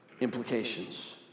implications